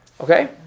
Okay